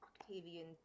Octavian